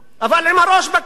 אבל עם הראש בקיר,